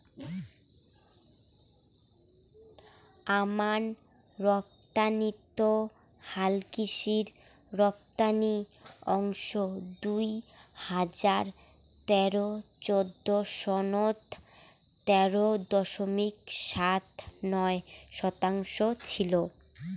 আমান রপ্তানিত হালকৃষি রপ্তানি অংশ দুই হাজার তেরো চৌদ্দ সনত তেরো দশমিক সাত নয় শতাংশ ছিল